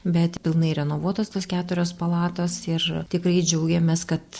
bet pilnai renovuotos tos keturios palatos ir tikrai džiaugiamės kad